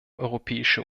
europäische